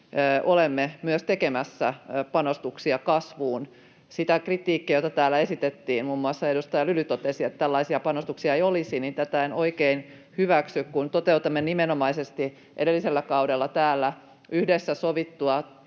olemme myös tekemässä panostuksia kasvuun. Sitä kritiikkiä, jota täällä esitettiin, muun muassa edustaja Lyly totesi, että tällaisia panostuksia ei olisi, en oikein hyväksy, kun toteutamme nimenomaisesti edellisellä kaudella täällä yhdessä sovittua